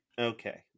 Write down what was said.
okay